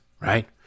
right